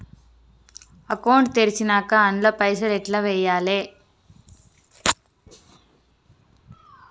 Account తెరిచినాక అండ్ల పైసల్ ఎట్ల వేయాలే?